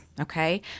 okay